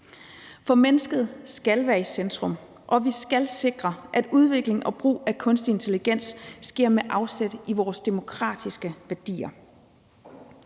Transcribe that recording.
For mennesket skal være i centrum, og vi skal sikre, at udvikling og brug af kunstig intelligens sker med afsæt i vores demokratiske værdier.